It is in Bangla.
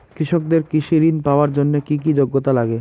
কৃষকদের কৃষি ঋণ পাওয়ার জন্য কী কী যোগ্যতা লাগে?